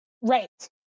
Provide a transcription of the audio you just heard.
Right